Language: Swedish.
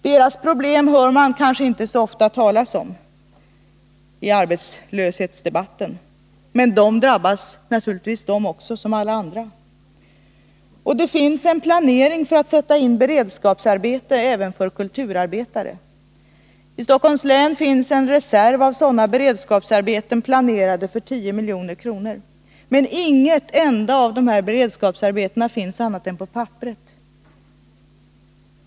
Deras problem märks kanske inte så ofta i arbetslöshetsdebatten, men de drabbas naturligtvis också. Det finns en planering för att sätta in beredskapsarbeten även för kulturarbetare. I Stockholms län finns det en reserv av sådana beredskapsarbeten planerade för 10 milj.kr., men inga av dessa beredskapsarbeten finns annat än på papperet.